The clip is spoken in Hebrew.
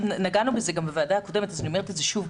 ונגענו בזה גם בוועדה הקודמת אז אני אומרת את זה שוב,